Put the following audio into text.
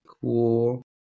cool